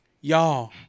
y'all